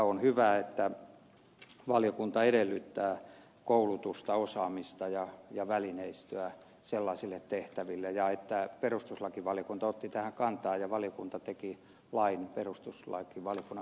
on hyvä että valiokunta edellyttää koulutusta osaamista ja välineistöä sellaisille tehtäville ja että perustuslakivaliokunta otti tähän kantaa ja valiokunta teki lain perustuslakivaliokunnan kannanoton mukaisesti